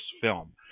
film